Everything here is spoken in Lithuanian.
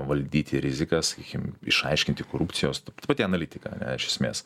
valdyti rizikas sakykim išaiškinti korupcijos ta pati analitika iš esmės